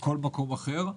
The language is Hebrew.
כל מקום אחר.